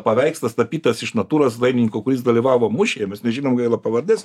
paveikslas tapytas iš natūros dailininko kuris dalyvavo mūšyje mes nežinom gaila pavardės